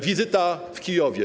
Wizyta w Kijowie.